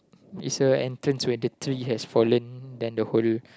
it's a entrance where the tree has fallen then the whole